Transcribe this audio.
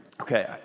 Okay